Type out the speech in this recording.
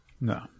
No